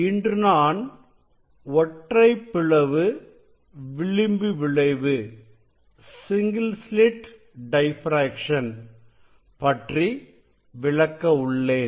இன்று நான் ஒற்றைப் பிளவு விளிம்பு விளைவு பற்றி விளக்க உள்ளேன்